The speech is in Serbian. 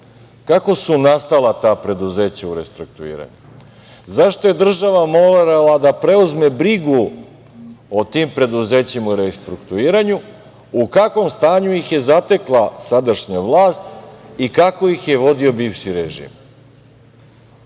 kako su nastala ta preduzeća u restrukturiranju, zašto je država morala da preuzme brigu o tim preduzećima u restrukturiranju, u kakvom stanju ih je zatekla sadašnja vlast i kako ih je vodio bivši režim?